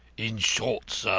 in short, sir,